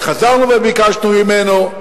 וחזרנו וביקשנו ממנו,